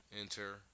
Enter